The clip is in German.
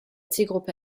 zielgruppe